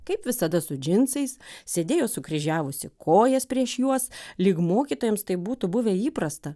kaip visada su džinsais sėdėjo sukryžiavusi kojas prieš juos lyg mokytojams tai būtų buvę įprasta